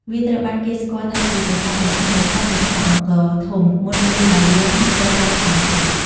វាត្រូវបានគេស្គាល់ថាជាប្រាសាទដ៏ធំបំផុតនៅក្នុងអង្គរធំ មុនពេលបាយ័នត្រូវបានសាងសង់។